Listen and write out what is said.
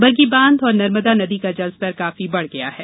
बरगी बांध और नर्मदा का नदी का जलस्तर काफी बढ़ गया है